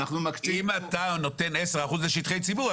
אם אתה נותן 10% לשטחי ציבור,